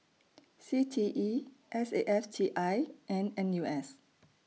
C T E S A F T I and N U S